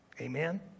Amen